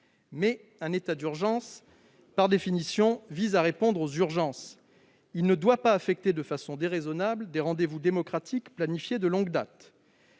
un état d'urgence vise, par définition, à répondre aux urgences. Il ne doit pas affecter de façon déraisonnable des rendez-vous démocratiques planifiés de longue date.